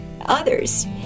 others